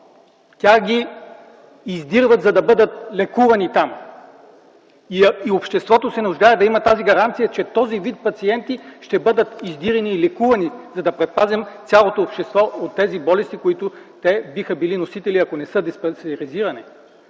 Тях ги издирват, за да бъдат лекувани там. И обществото се нуждае да има тази гаранция, че този вид пациенти ще бъдат издирени и лекувани, за да предпазим цялото общество от тези болести, на които те биха били носители, ако не са диспансеризирани.